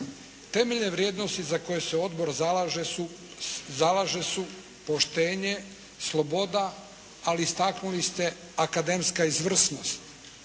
Temeljne vrijednosti za koje se odbor zalaže su poštenje, sloboda, ali istaknuli ste akademska izvrsnost.